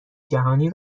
جهانی